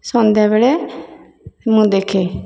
ସନ୍ଧ୍ୟାବେଳେ ମୁଁ ଦେଖେ